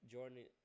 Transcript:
Jordan